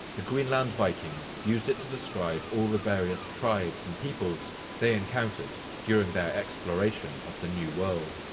the greenland vikings used it to describe all the various tribes and peoples they encountered during their exploration of the new world.